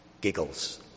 giggles